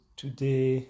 today